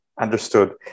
Understood